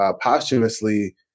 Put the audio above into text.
posthumously